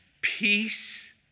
peace